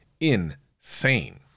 insane